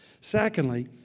Secondly